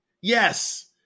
yes